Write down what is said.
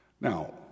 Now